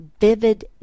vivid